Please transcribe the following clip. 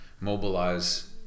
mobilize